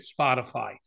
Spotify